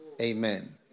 Amen